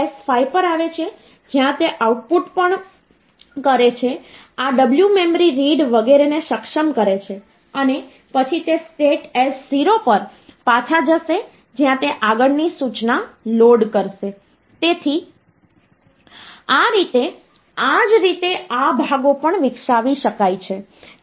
2 2 2 તેથી તમે જુઓ છો કે આ 16 નું રીપ્રેસનટેશન છે પરંતુ અલબત્ત એક ચિંતા એ છે કે જ્યારે હું આને 11 અને 5 જેવા નંબર તરીકે લઈ રહ્યો છું ત્યારે મેં 4 બીટ નું રીપ્રેસનટેશન લીધું છે પરંતુ મને જે પરિણામ મળ્યું છે તે 5 બીટ રીપ્રેસનટેશન છે